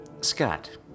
Scott